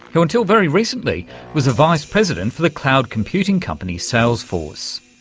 who until very recently was a vice president for the cloud computing company salesforce.